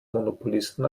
monopolisten